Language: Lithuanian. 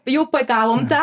jau pagavom tą